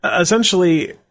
essentially